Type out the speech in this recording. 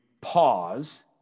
pause